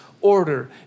order